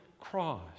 cross